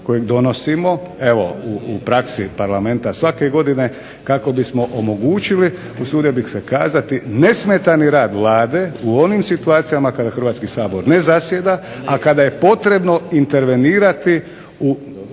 kojeg donosimo evo u praksi Parlamenta svake godine kako bismo omogućili usudio bih se kazati nesmetani rad Vlade u onim situacijama kada Hrvatski sabor ne zasjeda, a kada je potrebno intervenirati